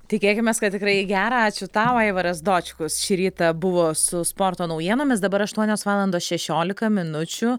tikėkimės kad tikrai į gerą ačiū tau aivaras dočkus šį rytą buvo su sporto naujienomis dabar aštuonios valandos šešioliką minučių